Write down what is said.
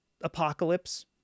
apocalypse